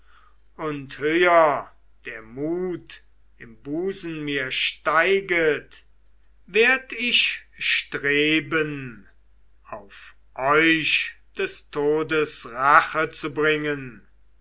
und höher der mut im busen mir steiget werd ich streben auf euch des todes rache zu bringen